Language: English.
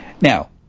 Now